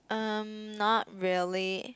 um not really